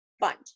bunch